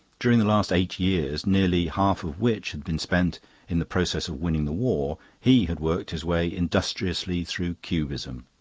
during the last eight years, nearly half of which had been spent in the process of winning the war, he had worked his way industriously through cubism.